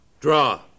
Draw